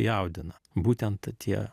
jaudina būtent tie